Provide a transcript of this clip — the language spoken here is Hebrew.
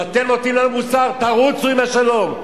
ואתם נותנים לנו מוסר: תרוצו עם השלום.